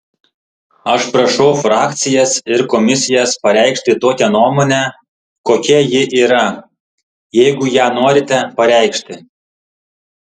aš prašau frakcijas ir komisijas pareikšti tokią nuomonę kokia ji yra jeigu ją norite pareikšti